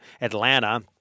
Atlanta